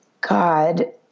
God